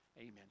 Amen